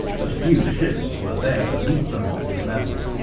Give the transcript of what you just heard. but few ships were there to meet them on the eleventh.